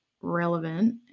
relevant